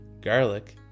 garlic